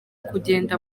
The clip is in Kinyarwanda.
kugenda